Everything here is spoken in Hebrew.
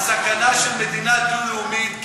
הסכנה של מדינה דו-לאומית,